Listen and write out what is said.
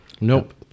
Nope